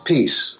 Peace